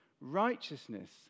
Righteousness